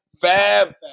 fab